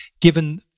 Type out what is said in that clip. given